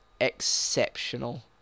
exceptional